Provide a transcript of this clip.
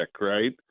right